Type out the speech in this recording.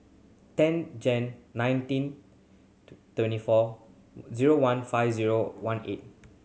ten Jan nineteen twenty four zero one five zero one eight